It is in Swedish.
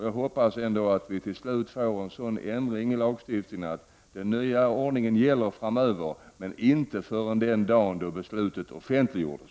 Jag hoppas att vi till slut får en ändring i lagstiftningen, så att den nya ordningen gäller framöver, men inte förrän den dag då beslutet offentliggörs.